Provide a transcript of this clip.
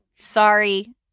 sorry